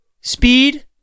speed